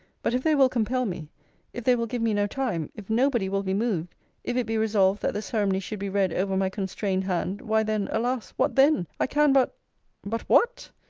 but, if they will compel me if they will give me no time if nobody will be moved if it be resolved that the ceremony should be read over my constrained hand why then alas! what then i can but but what?